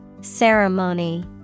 Ceremony